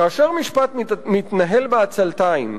כאשר משפט מתנהל בעצלתיים,